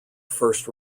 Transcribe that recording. first